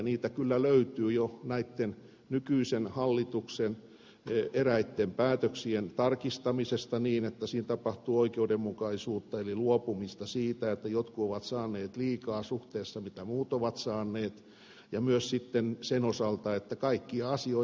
niitä kyllä löytyy jo nykyisen hallituksen eräitten päätösten tarkistamisesta niin että siinä tapahtuu oikeudenmukaisuutta eli luopumista siitä että jotkut ovat saaneet liikaa suhteessa siihen mitä muut ovat saaneet ja myös sen osalta että kaikkia asioita ei veroteta